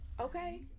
okay